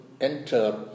enter